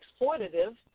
exploitative